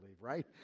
right